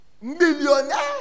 Millionaire